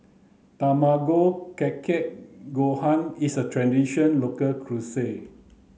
tamago kake gohan is a tradition local cuisine